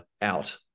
out